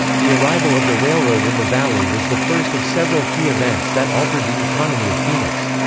the the arrival of the railroad in the valley was the first of several key events that altered the economy of phoenix.